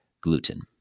gluten